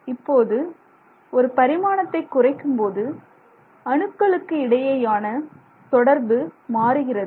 இப்போது ஒரு பரிமாணத்தை குறைக்கும்போது அணுக்களுக்கு இடையேயான தொடர்பு மாறுகிறது